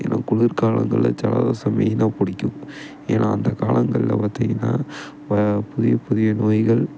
ஏன்னா குளிர்காலங்களில் ஜலதோஷம் மெயினாக பிடிக்கும் ஏன்னா அந்த காலங்களில் பார்த்திங்கன்னா இப்போ புதிய புதிய நோய்கள்